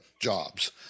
jobs